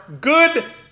good